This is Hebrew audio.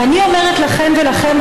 ואני אומרת לכן ולכם,